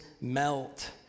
melt